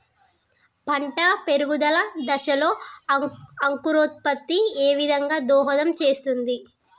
పంట పెరుగుదల దశలో అంకురోత్ఫత్తి ఏ విధంగా దోహదం చేస్తుంది?